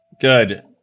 Good